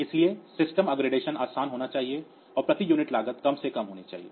इसलिए system upgradation आसान होना चाहिए और प्रति यूनिट लागत कम से कम होनी चाहिए